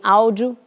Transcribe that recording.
áudio